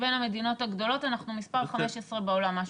המדינות הגדולות אנחנו מספר 15 בעולם,